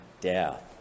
death